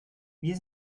wir